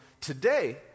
today